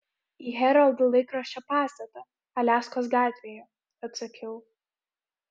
į herald laikraščio pastatą aliaskos gatvėje atsakiau